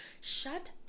shut